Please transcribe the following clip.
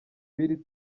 biri